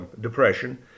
depression